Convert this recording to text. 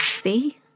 See